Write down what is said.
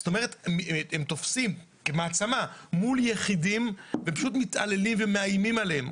זאת אומרת הם תופסים כמעצמה מול יחידים ופשוט מתעללים ומאיימים עליהם.